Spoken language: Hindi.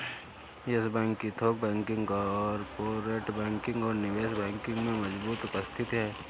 यस बैंक की थोक बैंकिंग, कॉर्पोरेट बैंकिंग और निवेश बैंकिंग में मजबूत उपस्थिति है